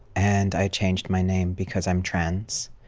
and i changed my name because i'm trans,